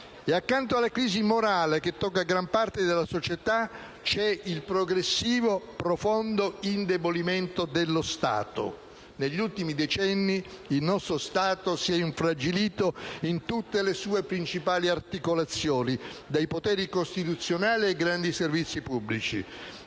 Accanto alla crisi morale che tocca tanta parte della società, c'è il progressivo, profondo indebolimento dello Stato. Negli ultimi decenni, il nostro Stato si è infragilito in tutte le sue principali articolazioni, dai poteri costituzionali ai grandi servizi pubblici,